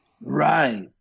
right